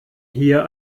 hier